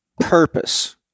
purpose